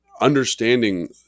understanding